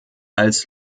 als